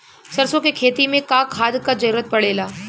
सरसो के खेती में का खाद क जरूरत पड़ेला?